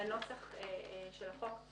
בנוסח של החוק,